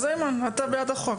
איימן, אתה בעד החוק.